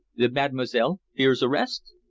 the mademoiselle fears arrest?